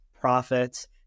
profits